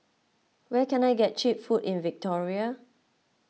where can I get Cheap Food in Victoria